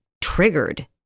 triggered